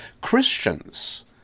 Christians